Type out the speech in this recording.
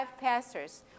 pastors